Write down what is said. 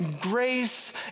grace